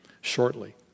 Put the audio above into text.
shortly